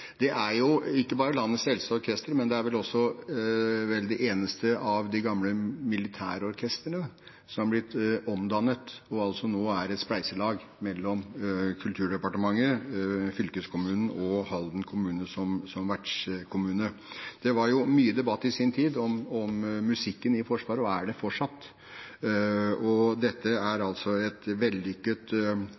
Det er jo ikke bare landets eldste orkester; det er vel også det eneste av de gamle militærorkestrene som har blitt omdannet og nå er et spleiselag gjennom Kulturdepartementet, fylkeskommunen og Halden kommune som vertskommune. Det var jo mye debatt i sin tid – og er det fortsatt – om musikken i Forsvaret. Dette er altså en vellykket transformering fra en ren forsvarsmusikk til et